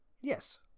Yes